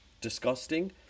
disgusting